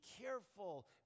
careful